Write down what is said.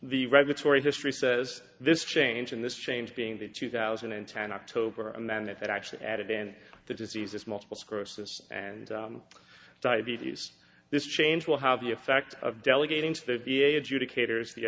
the regulatory history says this change in this change being the two thousand and ten october and then if it actually added and the disease is multiple sclerosis and diabetes this change will have the effect of delegating to the v a adjudicators the